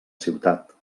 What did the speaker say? ciutat